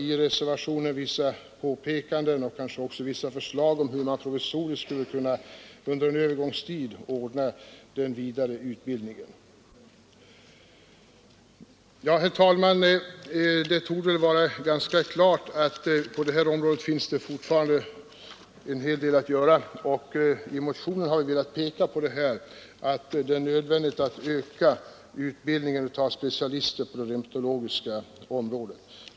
I reservationen görs också vissa påpekanden om hur man provisoriskt under en övergångstid skulle kunna ordna denna vidareutbildning. Herr talman! Det torde vara ganska klart att på detta område finns en hel del ytterligare att göra. I motionen har vi velat peka på att det är nödvändigt att öka utbildningen av specialister på det reumatologiska området.